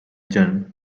genre